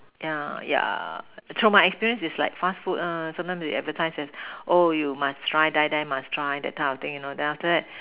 yeah yeah through my experience is like fast food ah sometimes they advertise as oh you must try die die must try that kind of thing you know then after that